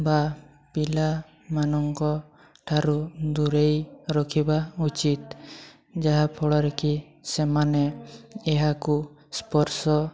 ବା ପିଲାମାନଙ୍କ ଠାରୁ ଦୂରେଇ ରଖିବା ଉଚିତ୍ ଯାହାଫଳରେ କି ସେମାନେ ଏହାକୁ ସ୍ପର୍ଶ